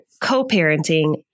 co-parenting